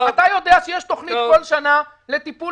אתה יודע שבכל שנה יש תוכנית לטיפול